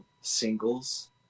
singles